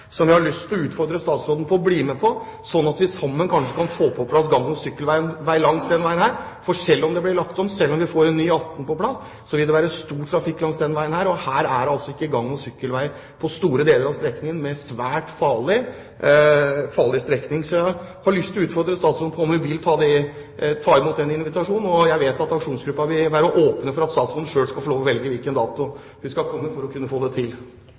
vi sammen kan få på plass gang- og sykkelvei langs den veien. For selv om det blir lagt om, selv om vi får en ny E18 på plass, vil det være stor trafikk langs denne veien. Og her er det altså ikke gang- og sykkelvei på store deler av strekningen, som er en svært farlig strekning. Så jeg har lyst til å utfordre statsråden på om hun vil ta imot den invitasjonen, og jeg vet at aksjonsgruppen vil være åpen for at statsråden selv skal få lov til å velge hvilken dato hun skal komme, for å kunne få det til.